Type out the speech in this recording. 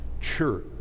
church